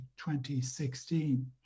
2016